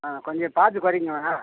ஆ கொஞ்சம் பார்த்து கொறைங்களேன்ங்க